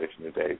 today